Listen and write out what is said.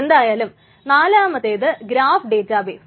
എന്തായാലും നാലാമത്തേത് graph database